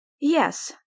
Yes